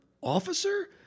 officer